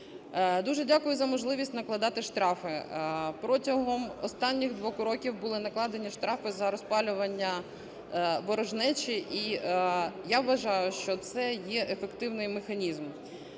Дуже дякую за можливість накладати штрафи. Протягом останніх двох років були накладені штрафи за розпалювання ворожнечі. І я вважаю, що це є ефективний механізм.